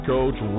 Coach